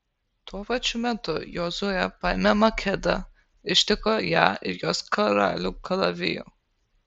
tuo pačiu metu jozuė paėmė makedą ištiko ją ir jos karalių kalaviju